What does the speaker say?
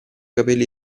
capelli